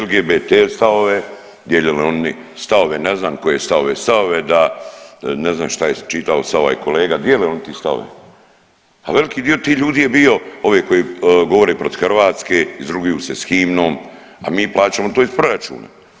LGBT stavove, dijele oni stavove ne znam koje stavove, stavove da ne znam šta je čitao sad ovaj kolega, dijele oni te stavove, ,a veliki dio tih ljudi je bio ovi koji govore protiv Hrvatske, izruguju se s himnom, a mi plaćamo to iz proračuna.